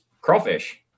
crawfish